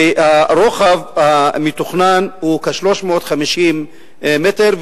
והרוחב המתוכנן הוא כ-350 מטר,